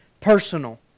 personal